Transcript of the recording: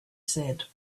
said